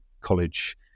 college